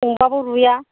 संबाबो रुइया